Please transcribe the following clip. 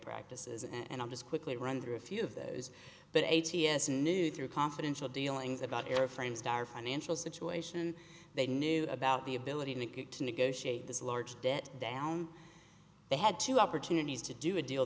practices and i just quickly run through a few of those but a t s knew through confidential dealings about airframes dire financial situation they knew about the ability to get to negotiate this large debt down they had two opportunities to do a deal